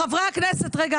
יפה מאוד.